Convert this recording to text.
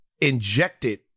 Injected